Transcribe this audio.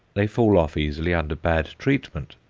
they fall off easily under bad treatment,